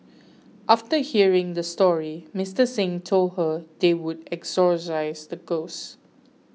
after hearing the story Mister Xing told her they would exorcise the ghosts